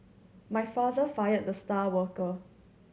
my father fired the star worker